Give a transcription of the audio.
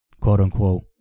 quote-unquote